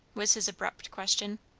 was his abrupt question.